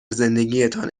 زندگیتان